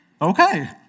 Okay